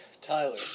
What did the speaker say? Tyler